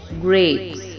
grapes